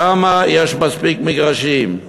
שם יש מספיק מגרשים.